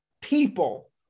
people